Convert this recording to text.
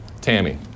Tammy